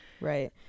right